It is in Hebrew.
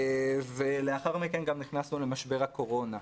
ולאחר מכן גם נכנסנו למשבר הקורונה.